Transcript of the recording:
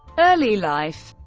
early life